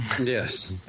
Yes